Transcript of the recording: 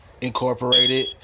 Incorporated